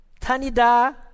Tanida